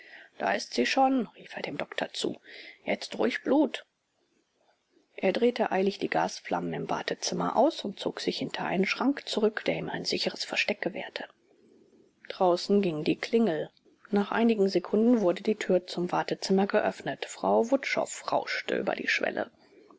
da ist sie schon rief er dem doktor zu jetzt ruhig blut er drehte eilig die gasflammen im wartezimmer aus und zog sich hinter einen schrank zurück der ihm ein sicheres versteck gewährte draußen ging die klingel nach einigen sekunden wurde die tür zum wartezimmer geöffnet frau wutschow rauschte über die schwelle